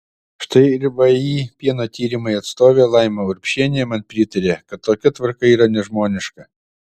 štai ir vį pieno tyrimai atstovė laima urbšienė man pritarė kad tokia tvarka yra nežmoniška